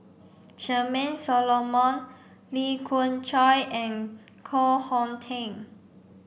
Charmaine Solomon Lee Khoon Choy and Koh Hong Teng